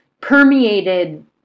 permeated